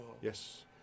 Yes